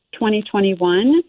2021